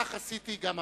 כך עשיתי גם הפעם.